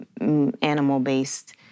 animal-based